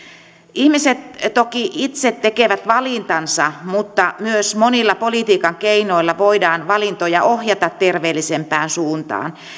ihmiset toki itse tekevät valintansa mutta myös monilla politiikan keinoilla voidaan valintoja ohjata terveellisempään suuntaan